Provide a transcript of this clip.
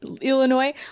Illinois